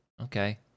Okay